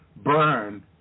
Burn